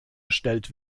gestellt